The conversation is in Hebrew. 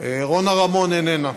רונה רמון איננה.